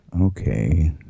Okay